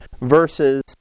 verses